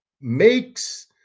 makes